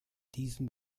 diesem